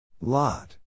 Lot